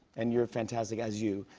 and you're fantastic as you.